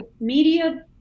media